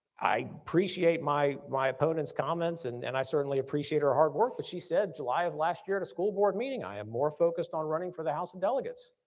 i appreciate my my opponent's comments, and and i certainly appreciate her hard work, but she said july of last year at a school board meeting, i am more focused on running for the house of delegates.